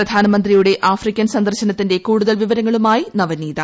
പ്രധാനമന്ത്രിയുടെ ആഫ്രിക്കൻ സന്ദർശനത്തിന്റെ കൂടുതൽ വിവരങ്ങളുമായി നവനീത